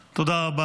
תודה רבה.